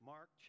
Mark